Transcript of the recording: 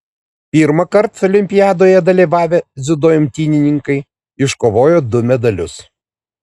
pirmąkart olimpiadoje dalyvavę dziudo imtynininkai iškovojo du medalius